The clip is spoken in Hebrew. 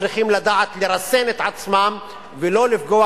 הם צריכים לדעת לרסן את עצמם ולא לפגוע